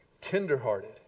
Tenderhearted